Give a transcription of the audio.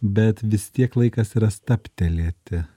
bet vis tiek laikas yra stabtelėti